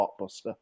blockbuster